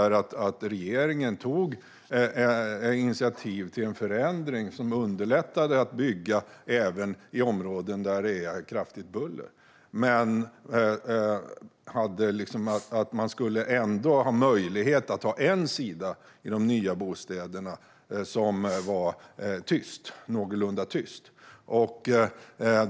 Regeringen tog initiativ till en förändring som underlättade byggande även i områden där det är kraftigt buller, men de nya bostäderna skulle ändå ha möjlighet till en någorlunda tyst sida.